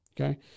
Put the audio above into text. okay